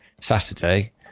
Saturday